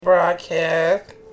broadcast